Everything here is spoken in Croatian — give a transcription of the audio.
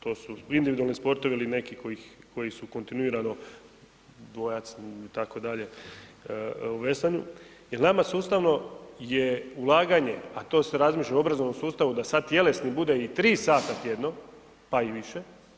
To su individualni sportovi ili neki koji su kontinuirano, dvojac itd. u veslanju jel nama sustavno je ulaganje, a to se razmišlja o obrazovnom sustavu da sad tjelesni bude i 3 sata tjedno, pa i više.